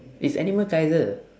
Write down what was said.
is animal kaiser